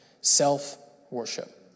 Self-worship